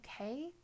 okay